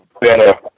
better